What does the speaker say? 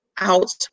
out